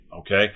okay